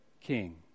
king